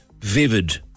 vivid